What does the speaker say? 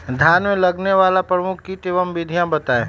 धान में लगने वाले प्रमुख कीट एवं विधियां बताएं?